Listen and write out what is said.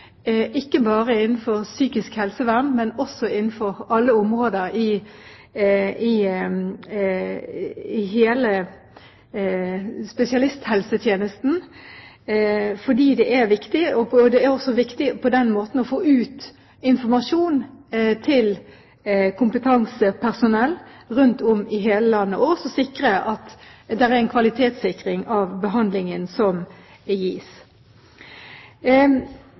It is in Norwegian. ikke bare innenfor psykisk helsevern, men også innenfor alle områder i hele spesialisthelsetjenesten. Det er viktig på den måten å få ut informasjon til kompetansepersonell rundt om i hele landet, og også sikre at det er en kvalitetssikring av behandlingen som gis.